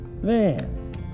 man